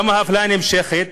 כמה האפליה נמשכת.